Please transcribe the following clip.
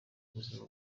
ubuzima